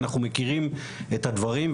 אנחנו מכירים את הדברים,